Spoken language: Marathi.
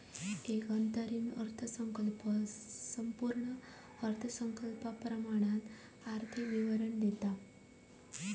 एक अंतरिम अर्थसंकल्प संपूर्ण अर्थसंकल्पाप्रमाण आर्थिक विवरण देता